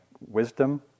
wisdom